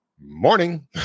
Morning